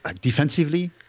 Defensively